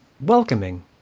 welcoming